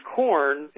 corn